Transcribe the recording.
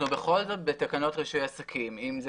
אנחנו בכל זאת בתקנות רישוי עסקים.